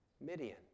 Midian